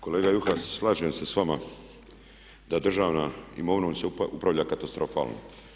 Kolega Juhas, slažem se sa vama da državnom imovinom se upravlja katastrofalno.